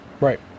Right